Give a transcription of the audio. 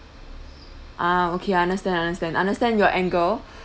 ah okay understand understand understand your anger